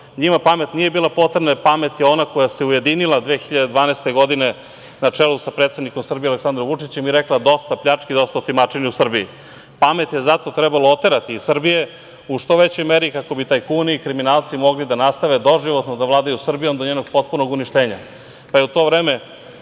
Njima pamet nije bila potrebna, jer pamet je ona koja se ujedinila 2012. godine, na čelu sa predsednikom Srbije, Aleksandrom Vučićem, i rekla - dosta pljačke, dosta otimačine u Srbiji. Pamet je zato trebalo oterati iz Srbije u što većoj meri kako bi tajkuni i kriminalci mogli da nastave doživotno da vladaju Srbijom, do njenog potpunog uništenja. U to vreme